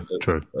true